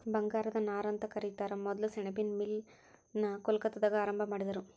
ಬಂಗಾರದ ನಾರಂತ ಕರಿತಾರ ಮೊದಲ ಸೆಣಬಿನ್ ಮಿಲ್ ನ ಕೊಲ್ಕತ್ತಾದಾಗ ಆರಂಭಾ ಮಾಡಿದರು